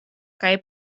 kaj